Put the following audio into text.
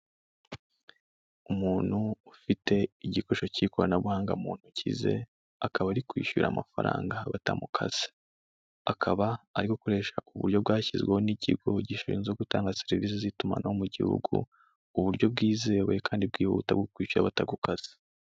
Umuntu ufite igikoresho cy'ikoranabuhanga mu ntoki ze akaba ari kwishyura amafaranga batamukase. Akaba ari gukoresha uburyo bwashyizweho n'ikigo gishinzwe gutanga serivisi z'itumanaho mu gihugu. Uburyo bwizewe kandi bwihuta bwo kwishyura batagukase.